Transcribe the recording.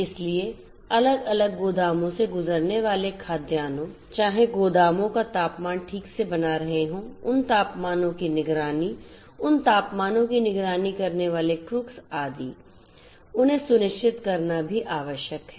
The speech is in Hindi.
इसलिए अलग अलग गोदामों से गुजरने वाले खाद्यान्नों चाहे गोदामों का तापमान ठीक से बना रहे हों उन तापमानों की निगरानी उन तापमानों की निगरानी करने वाले क्रुक्स आदि उन्हें सुनिश्चित करना भी आवश्यक है